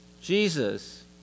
Jesus